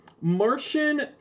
martian